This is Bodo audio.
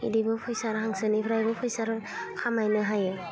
बिदिबो फैसा हांसोनिफ्रायबो फैसा खामायनो हायो